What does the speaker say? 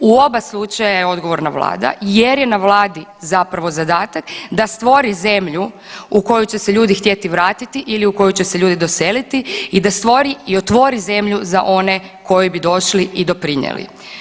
U oba slučaja je odgovorna vlada jer je na vladi zapravo zadatak da stvori zemlju u koju će ljudi htjeti vratiti ili u koju će se ljudi doseliti i da stvori i otvori zemlju za one koji bi došli i doprinijeli.